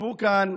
הסיפור כאן,